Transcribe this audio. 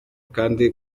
kandi